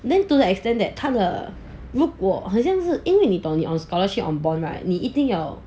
and then to the extent that 他的如果好像是因为你 on scholarship on bond right 你一定要